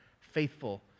faithful